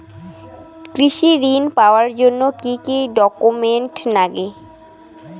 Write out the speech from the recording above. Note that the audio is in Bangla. কৃষি ঋণ পাবার জন্যে কি কি ডকুমেন্ট নাগে?